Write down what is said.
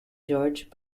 george